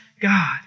God